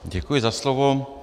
Děkuji za slovo.